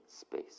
space